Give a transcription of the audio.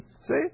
See